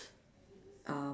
um